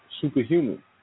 superhuman